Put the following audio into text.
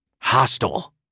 Hostile